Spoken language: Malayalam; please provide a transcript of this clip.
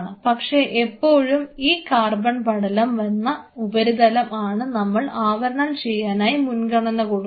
പക്ഷേ എപ്പോഴും ഈ കാർബൺ പടലം വന്ന ഉപരിതലം ആണ് നമ്മൾ ആവരണം ചെയ്യാനായി മുൻഗണന കൊടുക്കുന്നത്